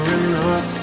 enough